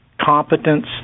competence